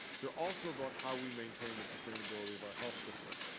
there also about how we maintain the sustainability of our health system.